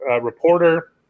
reporter